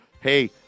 hey